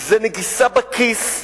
זה נגיסה בכיס,